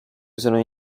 usano